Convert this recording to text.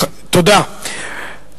ובכן,